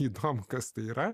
įdomu kas tai yra